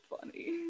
funny